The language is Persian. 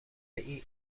این